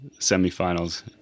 semifinals